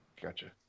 gotcha